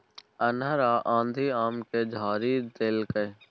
अन्हर आ आंधी आम के झाईर देलकैय?